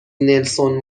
نلسون